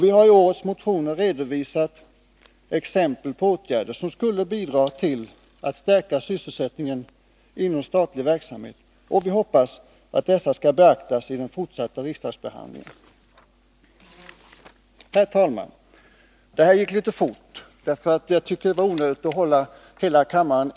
Vi har i årets motioner givit exempel på åtgärder som skulle bidra till att stärka sysselsättningen inom statlig verksamhet, och vi hoppas att dessa skall beaktas vid den fortsatta riksdagsbehandlingen. Herr talman!